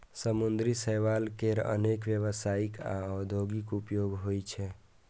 समुद्री शैवाल केर अनेक व्यावसायिक आ औद्योगिक उपयोग होइ छै